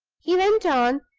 he went on,